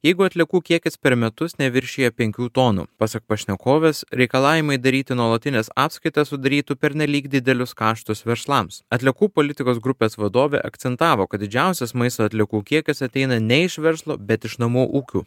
jeigu atliekų kiekis per metus neviršija penkių tonų pasak pašnekovės reikalavimai daryti nuolatines atskaitas sudarytų pernelyg didelius kaštus verslams atliekų politikos grupės vadovė akcentavo kad didžiausias maisto atliekų kiekis ateina ne iš verslo bet iš namų ūkių